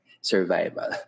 survival